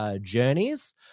journeys